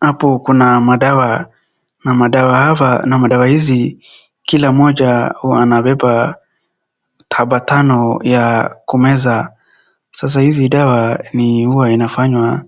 Hapo kuna madawa, na madawa hawa, na madawa hizi kila mmoja huwa anabeba taba tano ya kumeza. Sasa hizi dawa ni huwa inafanywa